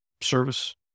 service